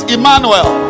Emmanuel